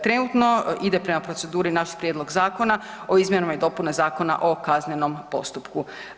Trenutno ide prema proceduri naš Prijedlog zakona o izmjenama i dopunama Zakona o kaznenom postupku.